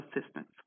assistance